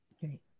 Great